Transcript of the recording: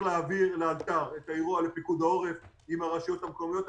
להעביר לאלתר את האירוע לפיקוד העורף עם הרשויות המקומיות.